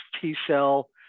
T-cell